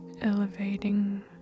elevating